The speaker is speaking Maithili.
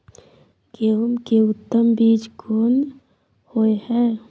गेहूं के उत्तम बीज कोन होय है?